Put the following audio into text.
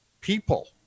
people